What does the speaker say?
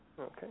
Okay